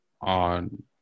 on